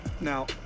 Now